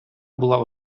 була